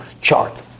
chart